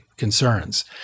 concerns